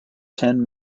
ten